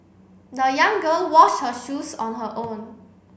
the young girl washed her shoes on her own